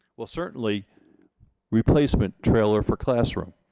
well certainly replacement trailer for classroom.